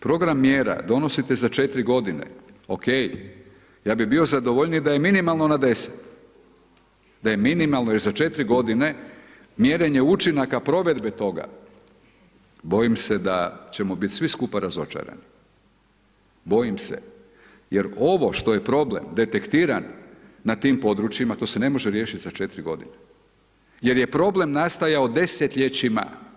Program mjera donosite za 4 g., ok, ja bi bio zadovoljniji da je minimalno na 10, da je minimalno za 4 g. mjerenje učinaka provedbe toga, bojim se da ćemo bit svi skupa razočarani, bojim se jer vo što je problem detektiranja na tim područjima, to se ne može riješiti za 4 g. jer je problem nastajao desetljećima.